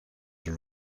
the